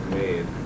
made